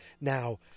Now